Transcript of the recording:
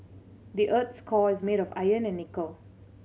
the earth's core is made of iron and nickel